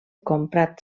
comprat